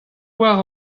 war